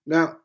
Now